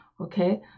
okay